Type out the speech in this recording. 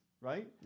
right